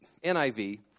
NIV